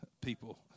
people